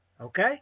Okay